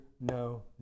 No